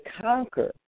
conquer